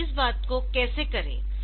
तो इस बात को कैसे करें